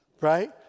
right